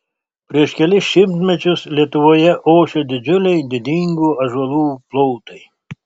prieš kelis šimtmečius lietuvoje ošė didžiuliai didingų ąžuolų plotai